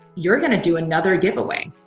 you're going to do another giveaway.